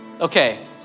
Okay